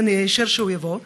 אישר שהוא יבוא,